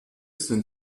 sind